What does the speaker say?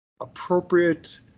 appropriate